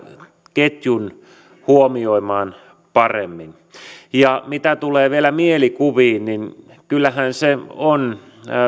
ketjun huomioimaan paremmin mitä tulee vielä mielikuviin niin kyllähän se on